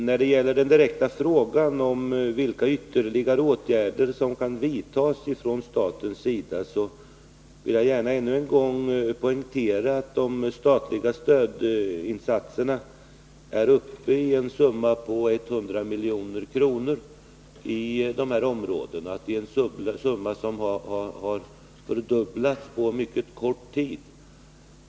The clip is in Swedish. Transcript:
När det gäller den direkta frågan om vilka ytterligare åtgärder som kan vidtas från statens sida vill jag gärna ännu en gång poängtera att de statliga stödinsatserna är uppe i en summa av 100 milj.kr. i dessa områden. Det är en summa som innebär en fördubbling av stödet på mycket kort tid.